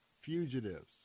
fugitives